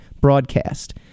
broadcast